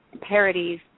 parodies